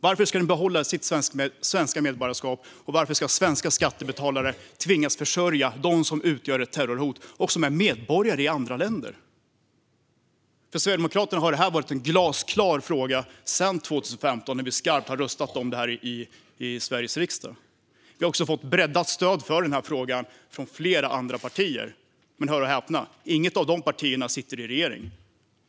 Varför ska han behålla sitt svenska medborgarskap, och varför ska svenska skattebetalare tvingas försörja dem som utgör ett terrorhot och som är medborgare i andra länder? För Sverigedemokraterna har det här varit en glasklar fråga sedan 2015 när vi skarpt har röstat om den här i Sveriges riksdag. Vi har också fått breddat stöd i frågan från flera andra partier. Men hör och häpna - inget av dessa partier sitter i regeringen!